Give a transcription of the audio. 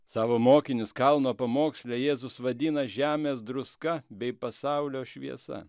savo mokinius kalno pamoksle jėzus vadina žemės druska bei pasaulio šviesa